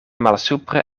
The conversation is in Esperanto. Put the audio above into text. malsupre